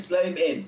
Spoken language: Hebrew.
אצלם אין.